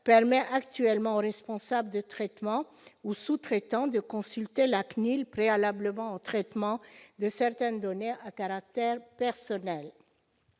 permet actuellement aux responsables de traitement ou sous-traitants de consulter la CNIL préalablement au traitement de certaines données à caractère personnel.